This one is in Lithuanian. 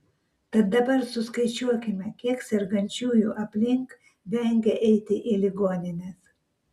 tad dabar suskaičiuokime kiek sergančiųjų aplink vengia eiti į ligonines